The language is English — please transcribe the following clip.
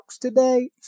today